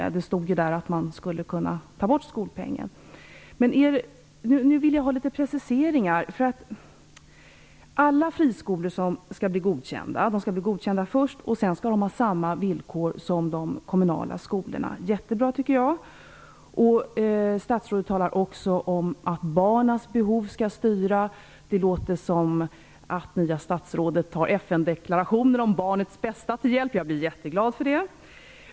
Det framgick av regeringsförklaringen att man skulle kunna ta bort skolpengen. Jag vill ha några preciseringar. Alla friskolor som godkänns skall därefter få samma villkor som de kommunala skolorna. Jag tycker att det är jättebra. Statsrådet talar också om att barnens behov skall styra. Det låter som om det nya statsrådet tar FN:s deklaration om barnets bästa till hjälp, och jag är jätteglad över det.